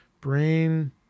Brain